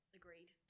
agreed